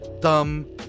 dumb